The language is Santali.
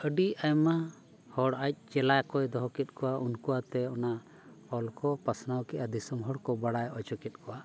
ᱟᱹᱰᱤ ᱟᱭᱢᱟ ᱦᱚᱲ ᱟᱡ ᱪᱮᱞᱟ ᱠᱚᱭ ᱫᱚᱦᱚ ᱠᱮᱫ ᱠᱚᱣᱟ ᱩᱱᱠᱩ ᱟᱛᱮᱫ ᱚᱱᱟ ᱚᱞ ᱠᱚ ᱯᱟᱥᱱᱟᱣ ᱠᱮᱜᱼᱟ ᱫᱤᱥᱚᱢ ᱦᱚᱲ ᱠᱚ ᱵᱟᱲᱟᱭ ᱦᱚᱪᱚᱠᱮᱫ ᱠᱚᱣᱟ